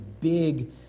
big